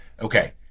Okay